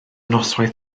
noswaith